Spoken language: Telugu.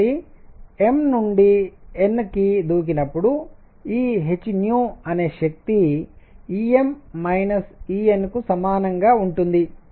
కాబట్టి m నుండి n కి దూకినప్పుడు ఈ h అనే శక్తి Em Enకు సమానంగా ఉంటుంది